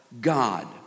God